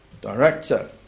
director